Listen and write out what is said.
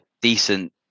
decent